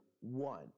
one